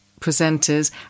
presenters